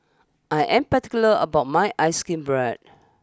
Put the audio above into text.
I am particular about my Ice cream Bread